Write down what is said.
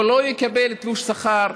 הוא לא יקבל תלוש שכר,